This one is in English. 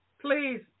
Please